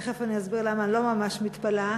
תכף אני אסביר למה אני לא ממש מתפלאה.